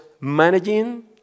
managing